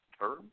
term